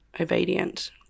obedient